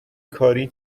کاری